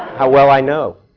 how well i know!